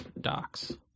Docs